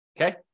Okay